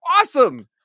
awesome